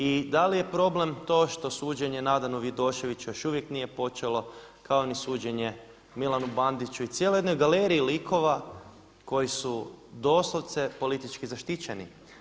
I da li je problem to što suđenje Nadanu Vidoševiću još uvijek nije počelo kao ni suđenje Milanu Bandiću i cijeloj jednoj galeriji likova koji su doslovce politički zaštićeni.